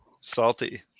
salty